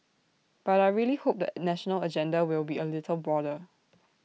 but I really hope the national agenda will be A little broader